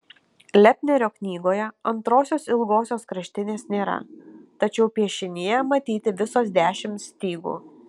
lepnerio knygoje antrosios ilgosios kraštinės nėra tačiau piešinyje matyti visos dešimt stygų